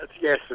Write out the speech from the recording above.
yes